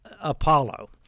Apollo